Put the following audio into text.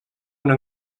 una